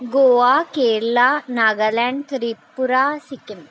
Goa Kerala Nagaland Tripura Sikkim